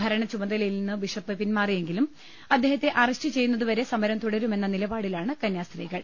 ഭരണ ചുമതലയിൽനിന്ന് ബിഷപ്പ് പിന്മാറിയെങ്കിലും അദ്ദേഹത്തെ അറസ്റ്റ് ചെയ്യുന്നതുവരെ സമരം തുടരു മെന്ന നിലപാടിലാണ് കന്യാസ്ത്രീകൾ